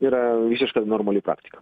yra visiškai normali praktika